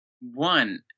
One